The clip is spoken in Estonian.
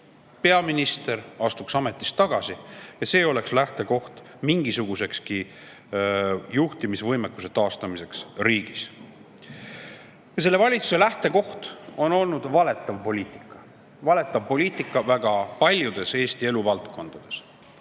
peaminister astuks ametist tagasi. See oleks lähtekoht mingisugusekski juhtimisvõimekuse taastamiseks riigis. Selle valitsuse lähtekoht on olnud valetav poliitika, valetav poliitika väga paljudes Eesti elu valdkondades,